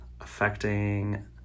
affecting